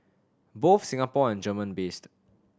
both Singapore and German based